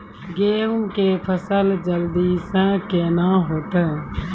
गेहूँ के फसल जल्दी से के ना होते?